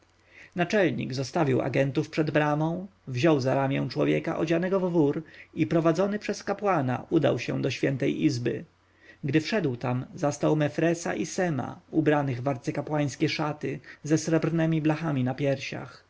naczelnik zostawił ajentów przed bramą wziął za ramię człowieka odzianego w wór i prowadzony przez kapłana udał się do świętej izby gdy wszedł tam zastał mefresa i sema ubranych w arcykapłańskie szaty ze srebrnemi blachami na piersiach